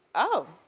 oh?